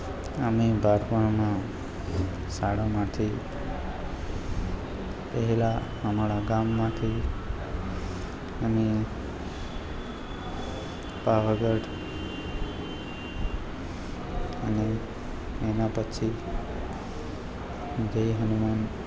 અમે બાળપણમાં શાળામાંથી પહેલા અમારા ગામમાંથી અમે પાવાગઢ અને એના પછી જય હનુમાન